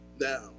now